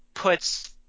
puts